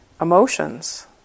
emotions